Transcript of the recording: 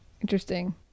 Interesting